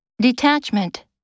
Detachment